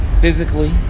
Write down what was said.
physically